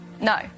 No